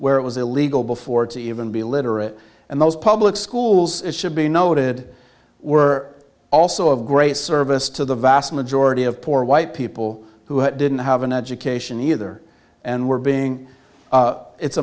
where it was illegal before to even be literate and those public schools it should be noted were also of great service to the vast majority of poor white people who didn't have an education either and were being it's